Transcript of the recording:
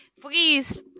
please